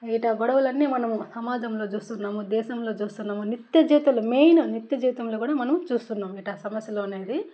ఇలా గొడవలు అన్నీ మనం సమాజంలో చూస్తున్నాము దేశంలో చూస్తున్నాము నిత్యజీవితంలో మెయిన్ నిత్య జీవితంలో కూడా మనం చూస్తున్నాము ఇలా సమస్యలు అనేది